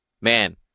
Man